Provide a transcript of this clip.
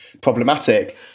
problematic